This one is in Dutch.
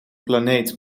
planeet